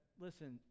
listen